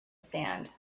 sand